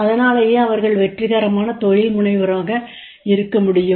அதனாலேயே அவர்கள் வெற்றிகரமான தொழில்முனைவோராக இருக்க முடியும்